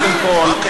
קודם כול,